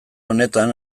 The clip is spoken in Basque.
honetan